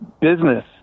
business